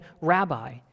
Rabbi